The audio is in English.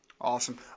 Awesome